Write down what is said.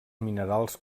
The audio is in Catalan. minerals